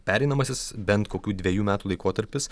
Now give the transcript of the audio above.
pereinamasis bent kokių dvejų metų laikotarpis